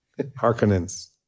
Harkonnens